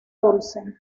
dulce